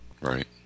Right